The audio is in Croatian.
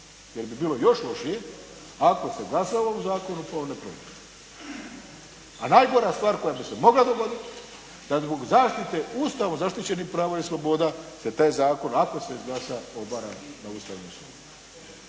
jer bi bilo još lošije ako se glasa o ovom zakonu pa on ne prođe. A najgora stvar koja bi se mogla dogoditi da zbog zaštite Ustavom zaštićenih prava i sloboda se taj zakon ako se izglasa …/Govornik se